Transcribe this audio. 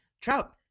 Trout